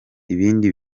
ibindi